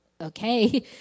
okay